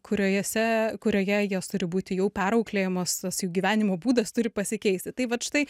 kuriojose kurioje jos turi būti jau perauklėjamos tas jų gyvenimo būdas turi pasikeisti tai vat štai